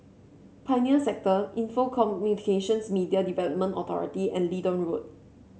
Pioneer Sector Info Communications Media Development Authority and Leedon Road